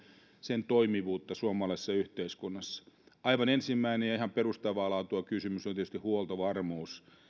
sen toimivuutta suomalaisessa yhteiskunnassa aivan ensimmäinen ja ihan perustavaa laatua oleva kysymys on tietysti huoltovarmuus